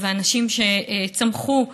ואנשים שצמחו,